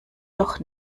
doch